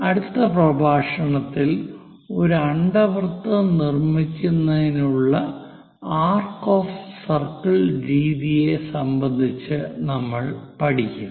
അടുത്ത പ്രഭാഷണത്തിൽ ഒരു അണ്ഡവൃത്തം നിർമ്മിക്കുന്നതിനുള്ള ആർക്ക് ഓഫ് സർക്കിൾ രീതിയെ സംബന്ധിച്ച് നമ്മൾ പഠിക്കും